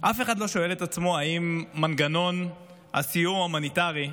אף אחד לא שואל את עצמו האם מנגנון הסיוע ההומניטרי,